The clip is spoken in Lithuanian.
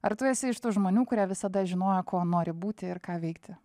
ar tu esi iš tų žmonių kurie visada žinojo kuo nori būti ir ką veikti